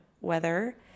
weather